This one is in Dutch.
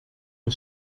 een